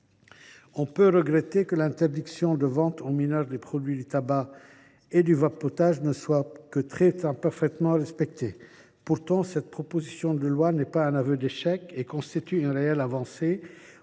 On peut regretter que l’interdiction de vente aux mineurs des produits du tabac et du vapotage ne soit que très imparfaitement respectée. Pourtant, cette proposition de loi n’est pas un aveu d’échec et constitue une réelle avancée.